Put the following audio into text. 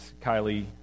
Kylie